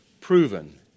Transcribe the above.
Proven